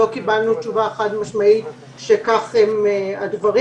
לא קבלנו תשובה חד משמעית שכך הם הדברים.